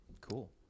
Cool